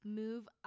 move